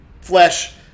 flesh